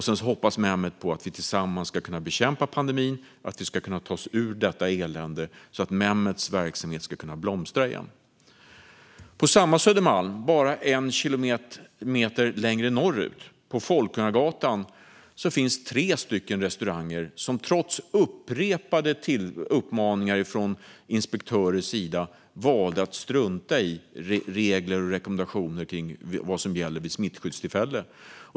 Sedan hoppas Mehmet på att vi tillsammans ska kunna bekämpa pandemin och att vi ska kunna ta oss ur detta elände så att Mehmets verksamhet ska kunna blomstra igen. På samma Södermalm, bara en kilometer längre norrut, på Folkungagatan, finns tre restauranger som trots upprepade uppmaningar från inspektörers sida valde att strunta i de regler och rekommendationer som gäller i fråga om smittskydd.